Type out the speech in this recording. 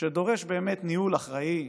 שדורש באמת ניהול אחראי,